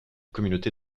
communauté